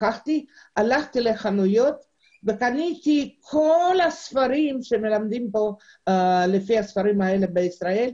לקחתי את הכסף והלכתי לחנויות וקניתי את כל הספרים לפיהם מלמדים בישראל.